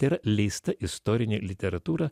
tai yra leista istorinė literatūra